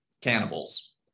cannibals